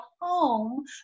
home